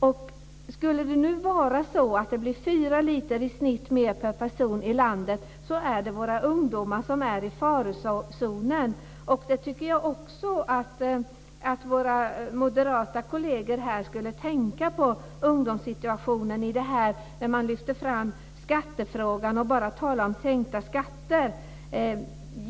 Om det skulle vara så att det nu blir 4 liter mer per person i landet, är våra ungdomar i farozonen. Jag tycker att våra moderata kolleger också skulle tänka på ungdomssituationen. De lyfter fram skattefrågan och talar bara om sänkta skatter.